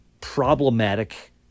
problematic